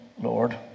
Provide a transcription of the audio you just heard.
Lord